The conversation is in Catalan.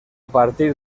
partir